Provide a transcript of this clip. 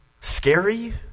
scary